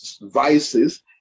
vices